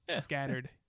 scattered